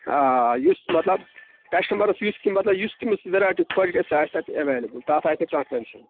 آ یُس مطلب کَشٹَمَرَس یُس مطلب یُس تٔمِس وٮ۪رایٹی خۄش گژھِ سۄ آسہِ تَتہِ اٮ۪ویلیبُل تَتھ آسہِ نہٕ کانٛہہ ٹینشَن